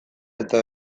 eta